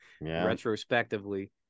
retrospectively